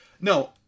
no